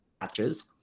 matches